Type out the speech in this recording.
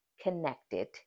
connected